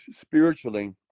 spiritually